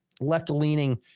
left-leaning